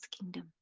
kingdom